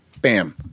Bam